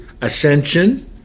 ascension